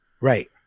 right